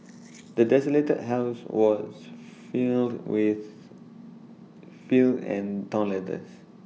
the desolated house was filled with filth and torn letters